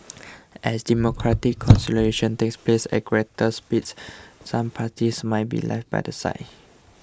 as democratic consolidation takes place at greater speed some parties might be left by the side